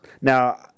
Now